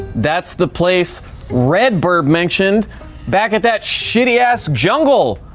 that's the place redbirb mentioned back at that shitty-ass jungle.